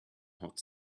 hot